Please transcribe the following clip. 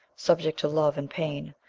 subject to love and pain,